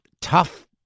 tough